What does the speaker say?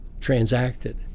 transacted